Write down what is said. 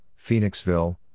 Phoenixville